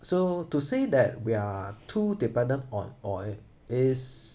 so to say that we are too dependent on oil is